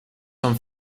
son